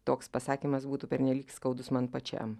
toks pasakymas būtų pernelyg skaudus man pačiam